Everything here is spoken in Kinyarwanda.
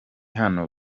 hano